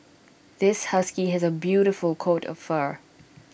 this husky has A beautiful coat of fur